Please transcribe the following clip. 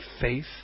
faith